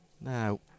Now